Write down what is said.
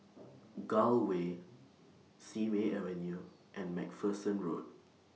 Gul Way Simei Avenue and MacPherson Road